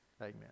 amen